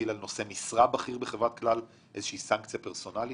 על נושא משרה בכיר בחברת כלל איזו שהיא סנקציה פרסונאלית?